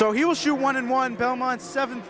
so he was you wanted one belmont seven